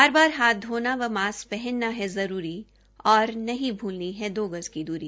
बार बार हाथ धोना व मास्क पहनना है जरूरी और नहीं भूलनी है दो गज की दूरी